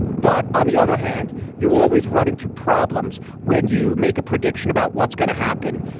but on the other hand, you always run into problems when you make a prediction about what's going to happen.